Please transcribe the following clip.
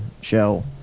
show